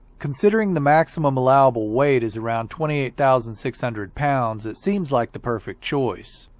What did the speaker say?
considering the maximum allowable weight is around twenty eight thousand six hundred pounds, it seems like the perfect choice.